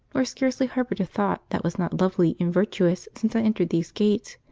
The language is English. nor scarcely harboured a thought, that was not lovely and virtuous since i entered these gates,